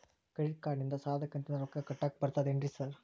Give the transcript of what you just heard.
Credit ಕಾರ್ಡನಿಂದ ಸಾಲದ ಕಂತಿನ ರೊಕ್ಕಾ ಕಟ್ಟಾಕ್ ಬರ್ತಾದೇನ್ರಿ ಸಾರ್?